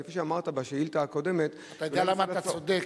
כפי שאמרת בשאילתא הקודמת, אתה יודע למה אתה צודק?